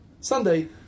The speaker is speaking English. Sunday